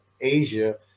Asia